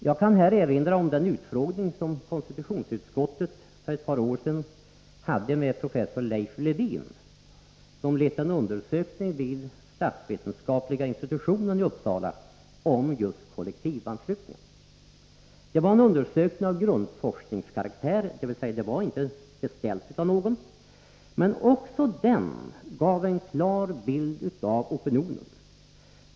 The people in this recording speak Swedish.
Jag kan här erinra om den utfrågning som KU för ett par år sedan hade med professor Leif Lewin, som har lett en undersökning vid statsvetenskapliga institutionen i Uppsala om just kollektivanslutningen. Det var en undersökning av grundforskningskaraktär, dvs. den var inte beställd av någon, men också den gav en klar bild av opinionen.